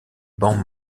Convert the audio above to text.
bancs